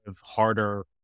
harder